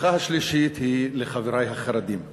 הברכה השלישית היא לחברי החרדים.